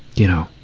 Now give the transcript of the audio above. you know,